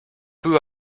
peu